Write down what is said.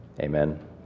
Amen